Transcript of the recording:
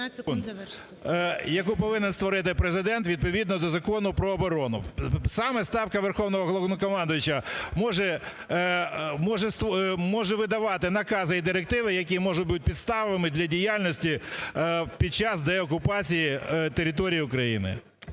яку повинен створити Президент відповідно до Закону про оборону. Саме Ставка Верховного Головнокомандуючого може видавати накази і директиви, які можуть бути підставами для діяльності під час деокупації території України.